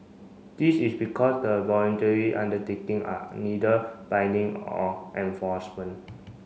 this is because the voluntary undertaking are neither binding or enforcement